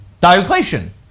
Diocletian